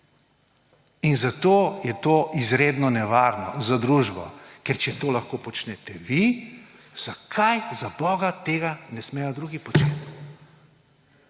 in zato je to izredno nevarno za družbo. Če to lahko počnete vi, zakaj zaboga tega ne smejo drugi početi.